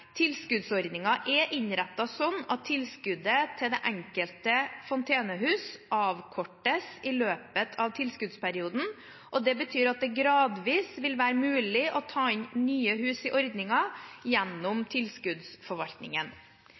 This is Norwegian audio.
er innrettet sånn at tilskuddet til det enkelte fontenehus avkortes i løpet av tilskuddsperioden, og det betyr at det gradvis vil være mulig å ta inn nye hus i ordningen gjennom tilskuddsforvaltningen.